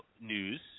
news